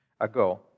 ago